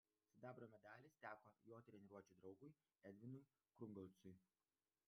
sidabro medalis teko jo treniruočių draugui edvinui krungolcui